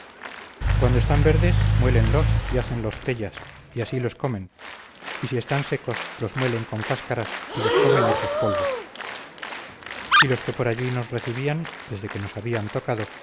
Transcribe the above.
cuando están verdes muélenlos y hácenlos pellas y así los comen y si están secos los muelen con cáscaras y los comen hechos polvos y los que por allí nos recibían desde que nos habían tocado